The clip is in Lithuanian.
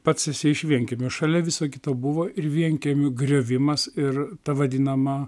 pats esi iš vienkiemio šalia viso kito buvo ir vienkiemių griovimas ir ta vadinama